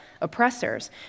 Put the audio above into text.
oppressors